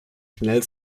schnell